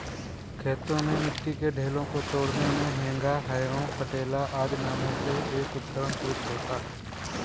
खेतों में मिट्टी के ढेलों को तोड़ने मे हेंगा, हैरो, पटेला आदि नामों से एक उपकरण प्रयुक्त होता है